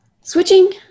switching